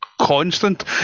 constant